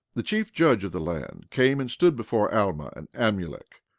the chief judge of the land came and stood before alma and amulek,